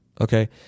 okay